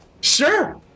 Sure